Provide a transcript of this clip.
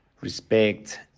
respect